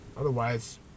Otherwise